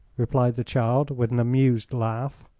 replied the child, with an amused laugh.